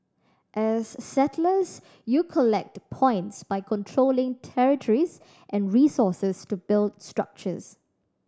as settlers you collect points by controlling territories and resources to build structures